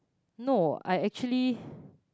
no I actually